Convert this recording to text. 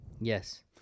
Yes